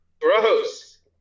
Gross